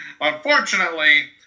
unfortunately